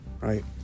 right